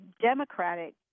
Democratic